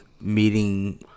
meeting